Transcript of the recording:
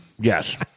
Yes